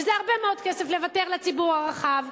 וזה הרבה מאוד כסף לוותר עליו לציבור הרחב.